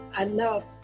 enough